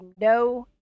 no